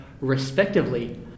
respectively